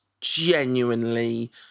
genuinely